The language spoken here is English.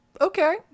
Okay